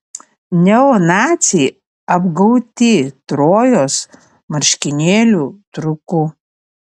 neonaciai apgauti trojos marškinėlių triuku